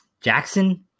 Jackson